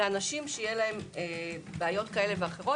לאנשים שיהיו להם בעיות כאלה ואחרות.